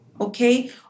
okay